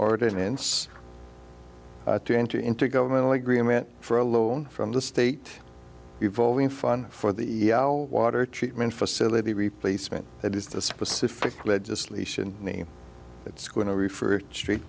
ordinance to enter into governmentally agreement for a loan from the state evolving fun for the water treatment facility replacement that is the specific legislation name it's going to be for street